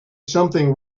something